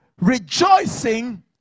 rejoicing